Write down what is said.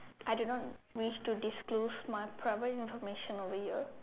I do not wish to disclose my private information over here